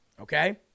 Okay